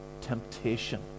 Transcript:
temptation